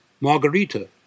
Margarita